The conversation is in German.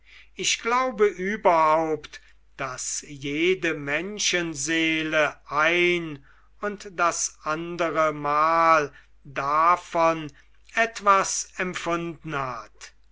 ich glaube überhaupt daß jede menschenseele ein und das andere mal davon etwas empfunden hat